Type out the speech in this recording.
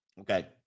Okay